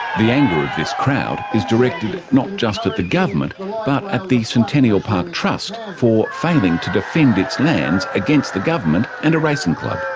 the anger of this crowd is directed not just at the government but at the centennial park trust for failing to defend its lands against the government and a racing club.